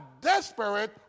desperate